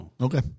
Okay